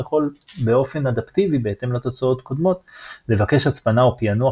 יכול באופן אדפטיבי בהתאם לתוצאות קודמות לבקש הצפנה או פענוח